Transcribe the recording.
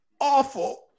awful